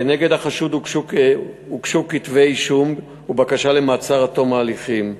כנגד החשוד הוגשו כתבי-אישום ובקשה למעצר עד תום ההליכים.